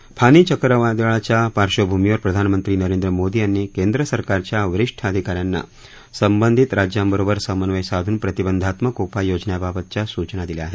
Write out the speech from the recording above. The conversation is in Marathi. फानी चक्रीवादळाच्या पार्श्वभूमीवर प्रधानमंत्री नरेंद्र मोदी यांनी केंद्र सरकारच्या वरीष्ठ अधिका यांना संबंधित राज्यांबरोबर समन्वय साधून प्रतिबंधात्मक उपाय योजन्याबाबतच्या सूचना दिल्या आहेत